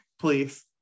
please